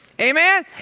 Amen